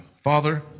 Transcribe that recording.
Father